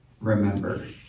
remember